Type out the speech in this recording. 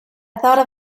thought